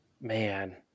Man